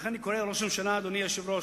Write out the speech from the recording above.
לכן, אני קורא לראש הממשלה, אדוני היושב-ראש,